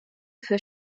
für